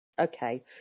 Okay